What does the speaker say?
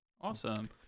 awesome